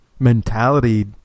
mentality